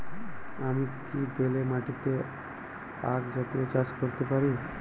আমি কি বেলে মাটিতে আক জাতীয় চাষ করতে পারি?